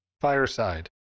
Fireside